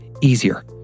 easier